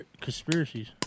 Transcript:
conspiracies